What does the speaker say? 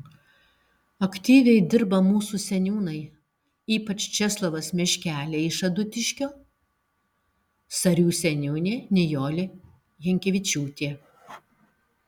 aktyviai dirba mūsų seniūnai ypač česlovas meškelė iš adutiškio sarių seniūnė nijolė jankevičiūtė